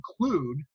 include